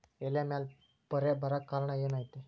ಎಲೆ ಮ್ಯಾಲ್ ಪೊರೆ ಬರಾಕ್ ಕಾರಣ ಏನು ಐತಿ?